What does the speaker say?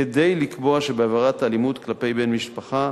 כדי לקבוע שבעבירת אלימות כלפי בן-משפחה